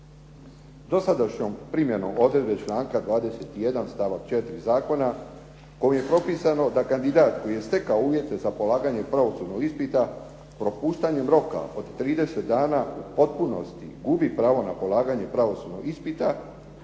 Dosadašnjom primjenom odredbe članka 21. stavak 4. zakona kojim je propisano da kandidat koji je stekao uvjete za polaganje pravosudnog ispita propuštanjem roka od 30 dana u potpunosti gubi pravo na polaganje pravosudnog ispita,